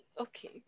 okay